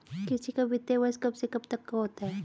कृषि का वित्तीय वर्ष कब से कब तक होता है?